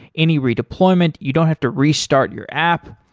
any redeployment, you don't have to restart your app.